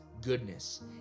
goodness